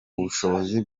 ubushobozi